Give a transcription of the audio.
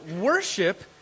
worship